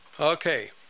Okay